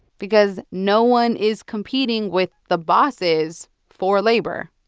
because no one is competing with the bosses for labor.